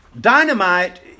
Dynamite